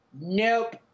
nope